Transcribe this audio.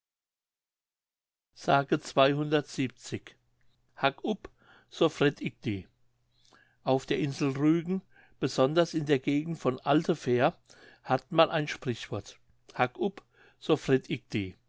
hack up so fret ik di auf der insel rügen besonders in der gegend von altefähr hat man ein sprichwort hack up so fret